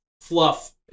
fluff